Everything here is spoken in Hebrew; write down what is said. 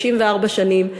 64 שנים,